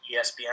ESPN